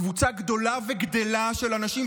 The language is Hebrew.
קבוצה גדולה וגדלה של אנשים,